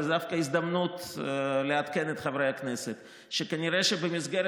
אבל זאת דווקא הזדמנות לעדכן את חברי הכנסת שכנראה במסגרת